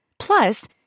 Plus